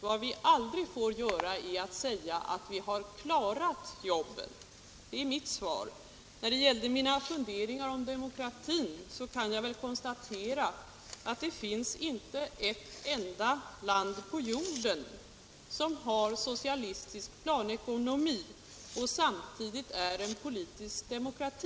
Vad vi aldrig får göra är att säga att vi klarat jobben. Det är mitt svar. När det gällde mina funderingar om demokratin kan jag konstatera att det inte finns ett enda land på jorden som har socialistisk planekonomi och samtidigt är en politisk demokrati.